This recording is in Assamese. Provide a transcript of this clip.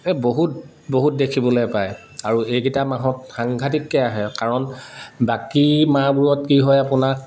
এই বহুত বহুত দেখিবলে পায় আৰু এইকিটা মাহত সাংঘাটিককে আহে কাৰণ বাকী মাহবোৰত কি হয় আপোনাৰ